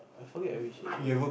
I forgot at which area